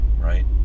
right